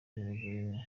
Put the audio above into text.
biragora